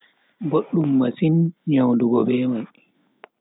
boddum masin nyawndugo be mai.